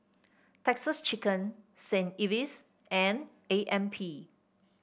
Texas Chicken Saint Ives and A M P